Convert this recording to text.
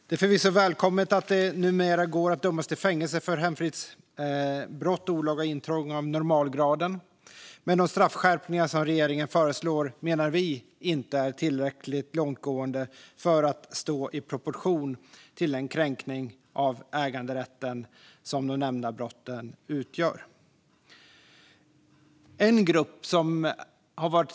Det är förvisso välkommet att det numera går att dömas till fängelse för hemfridsbrott och olaga intrång av normalgraden, men de straffskärpningar som regeringen föreslår är inte, menar vi, tillräckligt långtgående för att stå i proportion till den kränkning av äganderätten som de nämnda brotten utgör.